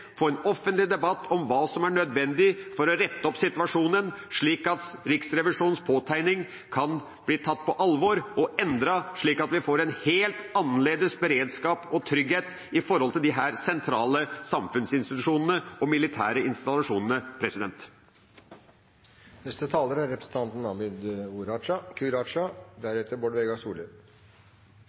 få en offentlig debatt om det, få en offentlig debatt om hva som er nødvendig for å rette opp situasjonen, slik at Riksrevisjonens påtegning kan bli tatt på alvor og endret, slik at vi får en helt annerledes beredskap og trygghet når det gjelder disse sentrale samfunnsinstitusjonene og militære installasjonene.